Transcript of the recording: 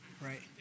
Right